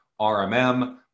RMM